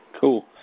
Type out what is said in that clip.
Cool